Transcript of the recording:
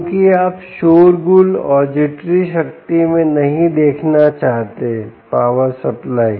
क्योंकि आप शोरगुल और जिटरी शक्ति में नहीं देखना चाहते पावर सप्लाई